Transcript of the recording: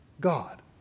God